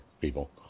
people